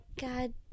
God